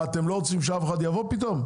מה, אתם לא רוצים שאף אחד יבוא פתאום?